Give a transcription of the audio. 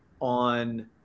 on